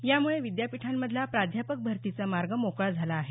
यामुळे विद्यापीठांमधला प्राध्यापक भरतीचा मार्ग मोकळा झाला आहे